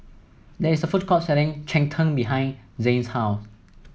there is a food court selling Cheng Tng behind Zayne's house